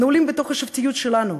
נעולים בתוך השבטיות שלנו,